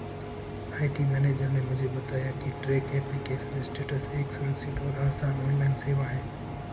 IT manager ने मुझे बताया की ट्रैक एप्लीकेशन स्टेटस एक सुरक्षित और आसान ऑनलाइन सेवा है